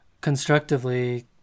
constructively